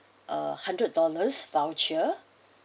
uh hundred dollars voucher